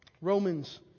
Romans